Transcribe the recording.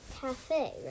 cafe